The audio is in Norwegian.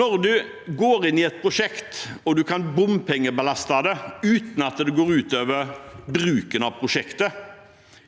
Når man går inn i et prosjekt og man kan bompengebelaste det uten at det går ut over bruken av prosjektet,